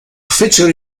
fecero